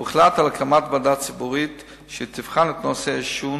הוחלט על הקמת ועדה ציבורית שתבחן את נושא העישון